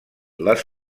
les